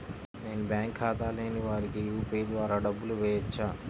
నేను బ్యాంక్ ఖాతా లేని వారికి యూ.పీ.ఐ ద్వారా డబ్బులు వేయచ్చా?